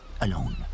alone